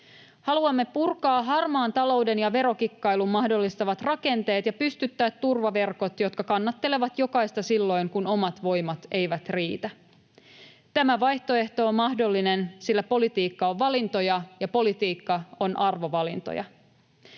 Haluamme purkaa harmaan talouden ja verokikkailun mahdollistavat rakenteet ja pystyttää turvaverkot, jotka kannattelevat jokaista silloin, kun omat voimat eivät riitä. Tämä vaihtoehto on mahdollinen, sillä politiikka on valintoja ja politiikka on arvovalintoja.